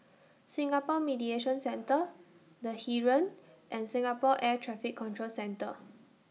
Singapore Mediation Centre The Heeren and Singapore Air Traffic Control Centre